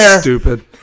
stupid